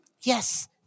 Yes